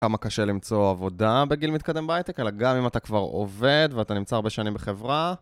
כמה קשה למצוא עבודה בגיל מתקדם בהייטק, אלא גם אם אתה כבר עובד ואתה נמצא הרבה שנים בחברה.